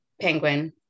Penguin